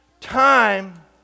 time